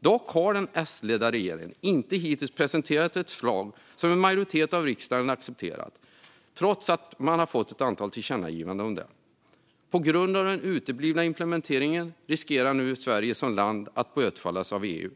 Dock har den S-ledda regeringen hittills inte presenterat ett förslag som en majoritet av riksdagen accepterat, trots att man fått ett antal tillkännagivanden om det. På grund av den uteblivna implementeringen riskerar nu Sverige som land att bötfällas av EU.